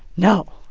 no